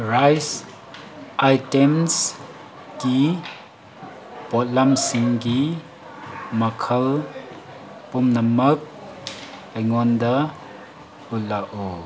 rice ꯑꯥꯏꯇꯦꯝꯁꯀꯤ ꯄꯣꯠꯂꯝꯁꯤꯡꯒꯤ ꯃꯈꯜ ꯄꯨꯝꯅꯃꯛ ꯑꯩꯉꯣꯟꯗ ꯎꯠꯂꯛꯎ